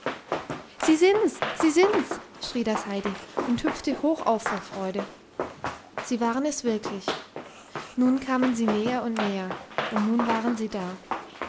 sie sind's sie sind's schrie das heidi und hüpfte hoch auf vor freude sie waren es wirklich nun kamen sie näher und näher und nun waren sie da